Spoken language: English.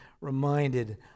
reminded